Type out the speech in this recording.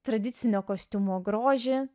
tradicinio kostiumo grožį